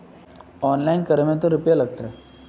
Online करे में ते रुपया लगते?